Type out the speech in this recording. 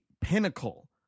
pinnacle